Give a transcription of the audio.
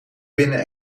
binnen